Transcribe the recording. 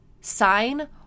sign